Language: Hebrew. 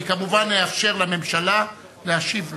אני כמובן אאפשר לממשלה להשיב לו.